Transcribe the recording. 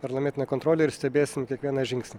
parlamentinę kontrolę ir stebėsim kiekvieną žingsnį